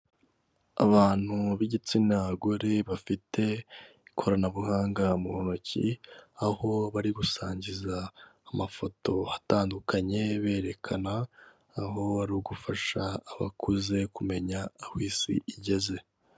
Abantu b'igitsina gore bafite ikoranabuhanga mu ntoki, aho bari gusangiza amafoto atandukanye berekana aho bari gufasha abakuze kumenya aho isi igeze.